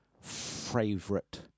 favorite